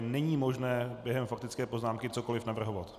Není možné během faktické poznámky cokoliv navrhovat.